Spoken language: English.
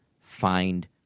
find